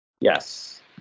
Yes